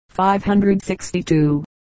562